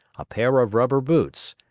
a pair of rubber boots,